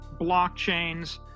blockchains